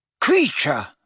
Creature